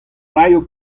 raio